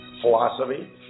philosophy